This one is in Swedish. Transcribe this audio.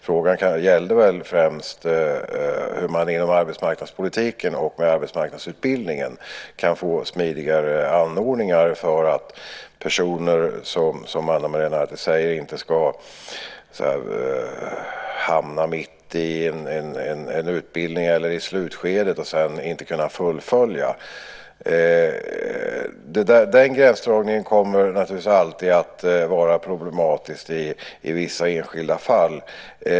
Frågan gällde väl främst hur man inom arbetsmarknadspolitiken och med arbetsmarknadsutbildningen kan få smidigare anordningar för att personer inte ska hamna mitt i en utbildning eller i ett slutskede och sedan inte kunna fullfölja den, som Ana Maria Narti säger. Den gränsdragningen kommer naturligtvis alltid att vara problematisk i vissa enskilda fall.